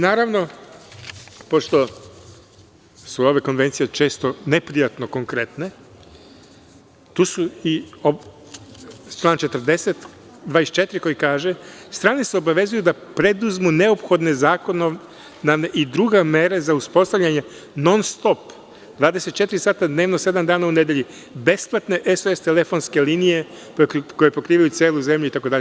Naravno, pošto su obe konvencije često neprijatno konkretne, tu je i član 24. koji kaže – strane se obavezuju da preduzmu mere neophodne zakonom, kao i druge mere za uspostavljanje non-stop, 24 sata dnevno, sedam dana u nedelji, besplatne SOS telefonske linije koje pokrivaju celu zemlju itd.